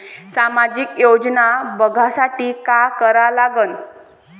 सामाजिक योजना बघासाठी का करा लागन?